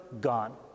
gone